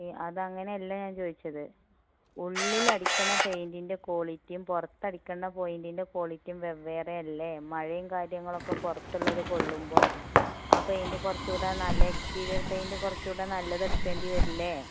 അത് അങ്ങനെയല്ല ഞാൻ ചോദിച്ചത് ഉള്ളിൽ അടിക്കുന്ന പേയിൻറിൻ്റെ ക്വാളിറ്റിയും പുറത്തടിക്കേണ്ട പേയ്ൻറിൻ്റെ ക്വാളിറ്റിയും വെവ്വേറെ അല്ലേ മഴയും കാര്യങ്ങളൊക്കെ പുറത്ത് ഉള്ളത് കൊള്ളുമ്പോൾ ആ പേയിൻറ് കുറച്ചുകൂടെ നല്ല എക്സ്സ്റ്റീരിയർ പേയിൻറ് കുറച്ചുകൂടെ നല്ലത് എടുക്കേണ്ടി വരില്ലേ